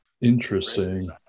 Interesting